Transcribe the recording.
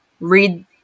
read